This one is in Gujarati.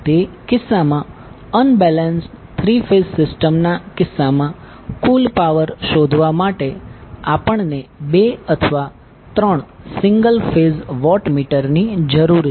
તે કિસ્સામાં અનબેલેન્સ્ડ થ્રી ફેઝ સિસ્ટમના કિસ્સામાં કુલ પાવર શોધવા માટે આપણને બે અથવા ત્રણ સિંગલ ફેઝ વોટમીટરની જરૂર છે